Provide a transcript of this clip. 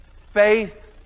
Faith